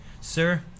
sir